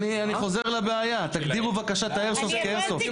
אני חוזר לבעיה: תגדירו בבקשה את האיירסופט כאיירסופט.